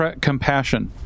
compassion